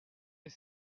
est